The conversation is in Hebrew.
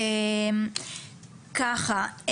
ככה,